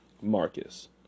Marcus